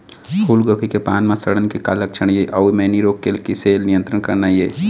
फूलगोभी के पान म सड़न के का लक्षण ये अऊ मैनी रोग के किसे नियंत्रण करना ये?